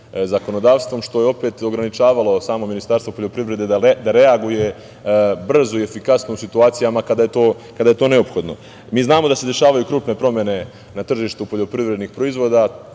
što je opet ograničavalo samo Ministarstvo poljoprivrede da reaguje brzo i efikasno u situacijama kada je to neophodno. Mi znamo da se dešavaju krupne promene na tržištu poljoprivrednih proizvoda,